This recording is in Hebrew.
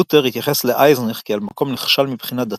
לותר התייחס לאייזנך כאל מקום נחשל מבחינה דתית,